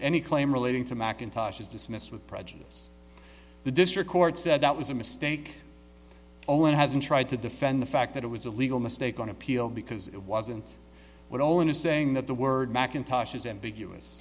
any claim relating to mcintosh is dismissed with prejudice the district court said that was a mistake oh it has been tried to defend the fact that it was a legal mistake on appeal because it wasn't at all into saying that the word macintosh's ambiguous